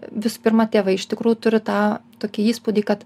visų pirma tėvai iš tikrųjų turi tą tokį įspūdį kad